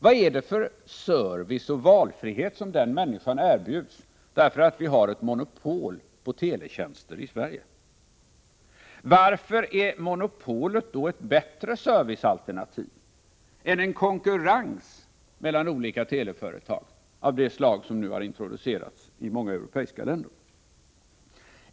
Vad är det för service och valfrihet som den människan erbjuds därför att vi har ett monopol på teletjänster i Sverige? Varför är monopolet då ett bättre servicealternativ än en konkurrens mellan olika teleföretag av det slag som nu har introducerats i många europeiska länder?